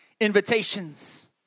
invitations